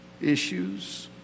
issues